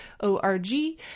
O-R-G